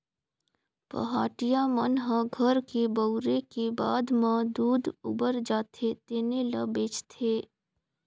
पहाटिया मन ह घर के बउरे के बाद म दूद उबर जाथे तेने ल बेंचथे